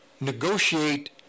negotiate